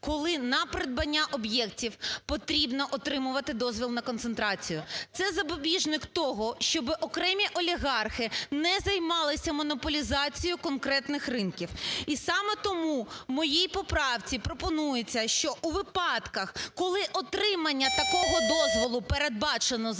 коли на придбання об'єктів потрібно отримувати дозвіл на концентрацію. Це запобіжник того, щоб окремі олігархи не займалися монополізацією конкретних ринків. І саме тому в моїй поправці пропонується, що у випадках, коли отримання такого дозволу передбачено законом,